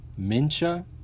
Mincha